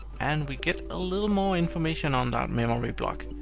and we get a little more information on that memory block.